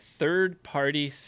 third-party